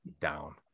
down